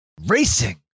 Racing